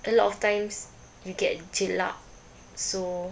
a lot of times you get jelak so